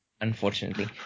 Unfortunately